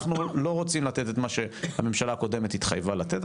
לא רוצים לתת את מה שהממשלה הקודמת התחייבה לתת,